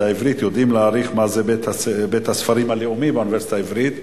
העברית יודעים להעריך מה זה "בית הספרים הלאומי" באוניברסיטה העברית,